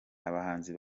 abahanzi